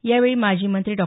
यावेळी माजी मंत्री डॉ